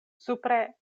supre